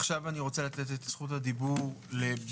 עכשיו אני רוצה לתת את רשות הדיבור לבועז